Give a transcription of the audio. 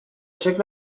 شکل